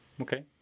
Okay